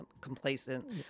complacent